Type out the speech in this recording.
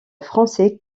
français